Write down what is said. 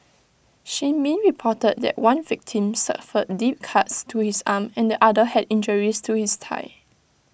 shin min reported that one victim suffered deep cuts to his arm and the other had injuries to his thigh